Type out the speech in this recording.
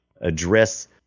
address